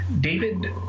David